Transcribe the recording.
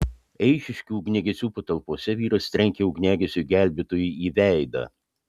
eišiškių ugniagesių patalpose vyras trenkė ugniagesiui gelbėtojui į veidą